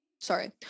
sorry